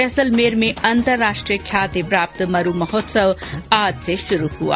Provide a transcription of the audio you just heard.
जैसलमेर में अंतर्राष्ट्रीय ख्यातिप्राप्त मरू महोत्सव आज से शुरू हुआ